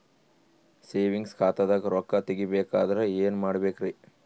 Savings ಖಾತಾದಾಗ ರೊಕ್ಕ ತೇಗಿ ಬೇಕಾದರ ಏನ ಮಾಡಬೇಕರಿ?